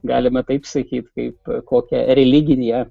galima taip sakyti kaip kokią religiją